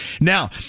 Now